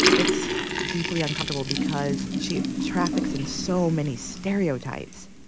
it's deeply uncomfortable because she traffics in so many stereotypes.